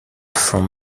from